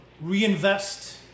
reinvest